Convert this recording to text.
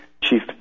Chief